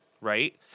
Right